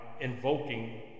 invoking